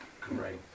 Great